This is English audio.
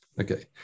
Okay